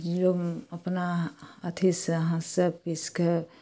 जेभी अपना अथी सऽ आहाँ सबकिछुके